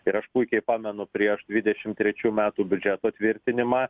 ir aš puikiai pamenu prieš dvidešimt trečių metų biudžeto tvirtinimą